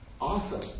awesome